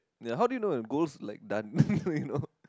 ya how do you know if gold's like done you know